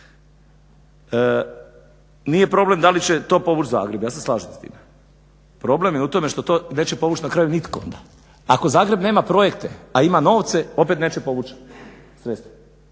nije problem da li će to povući Zagreb, ja se slažem s time, problem je u tome što to neće povući na kraju nitko onda. Ako Zagreb nema projekte, a ima novce opet neće povući sredstva,